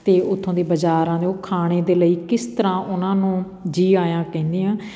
ਅਤੇ ਉੱਥੋਂ ਦੇ ਬਜ਼ਾਰਾਂ ਉਹ ਖਾਣੇ ਦੇ ਲਈ ਕਿਸ ਤਰ੍ਹਾਂ ਓਹਨਾਂ ਨੂੰ ਜੀ ਆਇਆਂ ਕਹਿੰਦੇ ਆ